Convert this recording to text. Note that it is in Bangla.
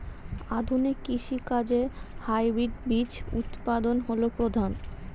আধুনিক কৃষি কাজে হাইব্রিড বীজ উৎপাদন হল প্রধান